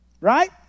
Right